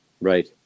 Right